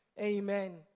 Amen